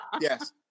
Yes